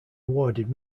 awarded